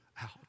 out